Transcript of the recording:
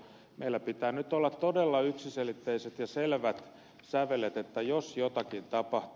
meillä pitää nyt olla todella yksiselitteiset ja selvät sävelet jos jotakin tapahtuu